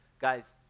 guys